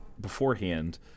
beforehand